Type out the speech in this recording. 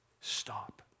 stop